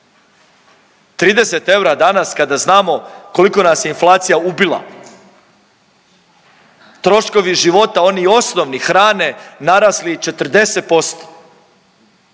30 eura, danas kada znamo koliko nas je inflacija ubila. Troškovi života oni osnovni hrane, narasli 40%.